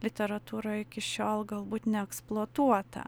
literatūroj iki šiol galbūt neeksploatuota